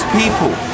people